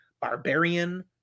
Barbarian